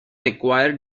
acquire